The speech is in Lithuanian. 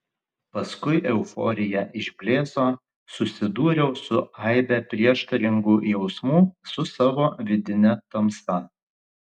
paskui euforija išblėso susidūriau su aibe prieštaringų jausmų su savo vidine tamsa